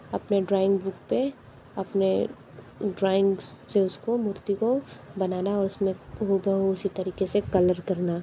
अपने ड्राइंग पे अपने ड्राइंग्स से उसको मूर्ति को बनाना और उसमें वह बहु उसी तरीके से कलर करना